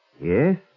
Yes